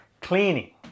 cleaning